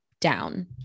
down